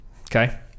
Okay